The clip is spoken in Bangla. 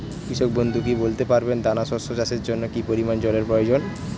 কৃষক বন্ধু কি বলতে পারবেন দানা শস্য চাষের জন্য কি পরিমান জলের প্রয়োজন?